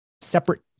separate